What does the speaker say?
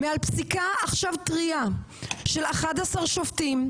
פסיקה טרייה של 11 שופטים,